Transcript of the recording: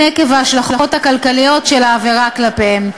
עקב ההשלכות הכלכליות של העבירה כלפיהם,